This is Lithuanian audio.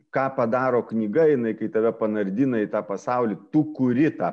ką padaro knyga jinai kai tave panardina į tą pasaulį tu kuri tą